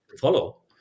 follow